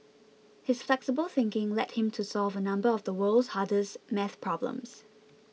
his flexible thinking led him to solve a number of the world's hardest math problems